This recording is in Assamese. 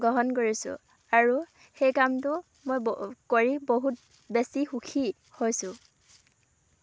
গ্ৰহণ কৰিছোঁ আৰু সেই কামটো মই কৰি বহুত বেছি সুখী হৈছোঁ